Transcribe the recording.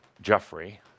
Jeffrey